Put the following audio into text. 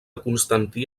constantí